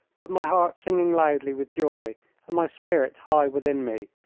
but my heart singing loudly with joy and my spirit high within me,